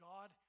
God